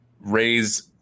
raise